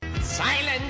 silence